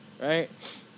right